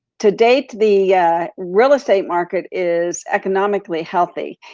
to date, the real estate market is economically healthy.